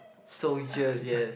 soldiers yes